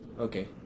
Okay